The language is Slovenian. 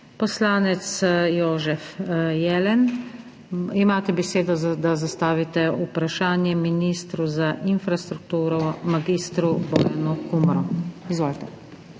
Poslanec Jožef Jelen, imate besedo, da zastavite vprašanje ministru za infrastrukturo mag. Bojanu Kumru. Izvolite.